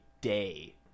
day